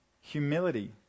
humility